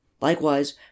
Likewise